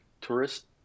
tourist